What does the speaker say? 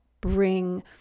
bring